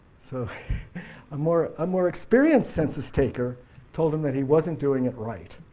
so ah more um more experienced census taker told him that he wasn't doing it right.